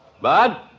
Bud